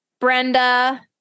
Brenda